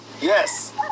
Yes